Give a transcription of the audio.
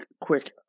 quick